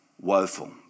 Woeful